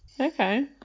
okay